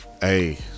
hey